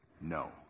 no